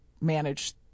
manage